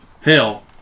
Hell